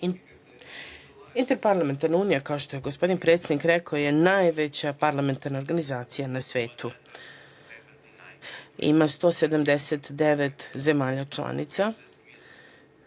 parlamentarci. Interparlamentarna unija, kao što je gospodin predsednik rekao je najveća parlamentarna organizacija na svetu. Ima 179 zemalja članica.